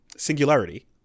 singularity